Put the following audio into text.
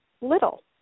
little